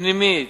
פנימית